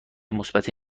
مثبتی